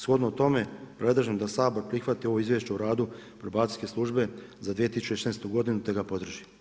Shodno tome predlažem da Sabor prihvati ovo izvješće o radu Probacijske službe za 2016. godinu ta ga podrži.